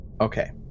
Okay